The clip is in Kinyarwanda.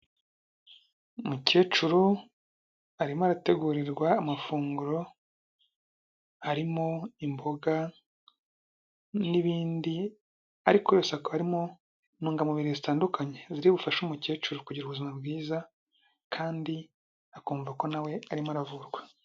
Umukecuru arimo arategurirwa amafunguro arimo imboga n'ibindi, ariko yose akaba arimo intungamubiri zitandukanye. Ziri bufashe umukecuru kugira ubuzima bwiza kandi akumva ko na we arimo aravurwa.